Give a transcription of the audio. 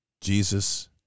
Jesus